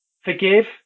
forgive